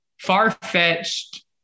far-fetched